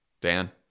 Dan